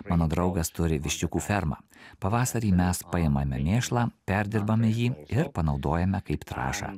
mano draugas turi viščiukų fermą pavasarį mes paimame mėšlą perdirbame jį ir panaudojame kaip trąša